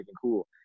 cool